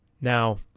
Now